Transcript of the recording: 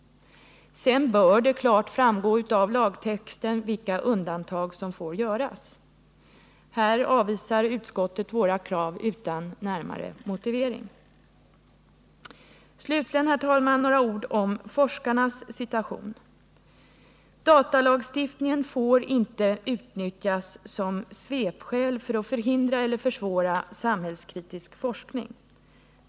Vidare bör det klart framgå av lagtexten vilka undantag som får göras. Utskottet avvisar våra krav utan närmare motivering. Slutligen, herr talman, några ord om forskarnas situation. Datalagstiftningen får inte utnyttjas som svepskäl för att förhindra eller försvåra samhällskritisk forskning.